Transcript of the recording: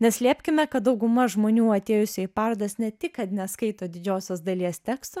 neslėpkime kad dauguma žmonių atėjusių į parodas ne tik kad neskaito didžiosios dalies tekstų